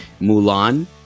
Mulan